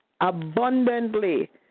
abundantly